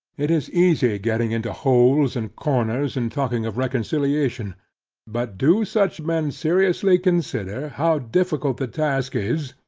it is easy getting into holes and corners and talking of reconciliation but do such men seriously consider, how difficult the task is,